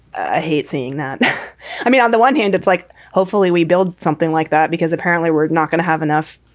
ah hate seeing that i mean, on the one hand, it's like hopefully we build something something like that because apparently we're not going to have enough.